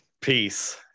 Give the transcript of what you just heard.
Peace